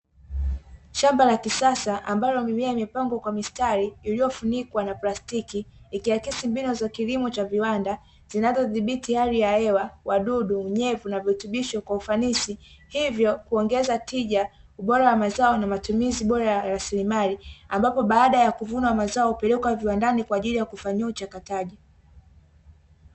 Shamba la kisasa ambalo mimea imepangwa kwa mistari, iliyofunikwa na plastiki, ikiakisi mbinu za kilimo cha viwanda zinazo dhibiti hali ya hewa, wadudu, unyevu na virutubisho kwa ufanisi, hivyo kuongeza tija, ubora wa mazao, na matumizi bora ya rasilimali. Ambapo baada ya kuvuna mazao, hupelekwa viwandani kwa ajili ya kufanyiwa uchakataji.